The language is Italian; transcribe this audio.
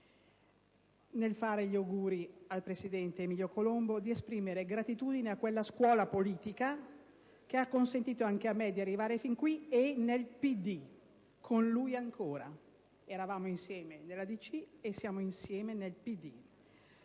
porgere gli auguri al presidente Emilio Colombo e di esprimere gratitudine a quella scuola politica che ha consentito anche a me di arrivare fin qui e di farlo nel PD, ancora con lui. Noi eravamo insieme nella DC e siamo oggi insieme nel PD.